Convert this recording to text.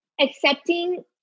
accepting